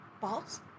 balls